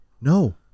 No